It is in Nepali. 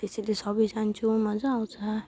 त्यसैले सबै जान्छौँ मजा आउँछ